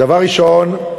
דבר ראשון,